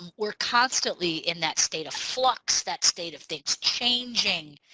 we're constantly in that state of flux that state of things changing.